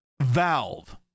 Valve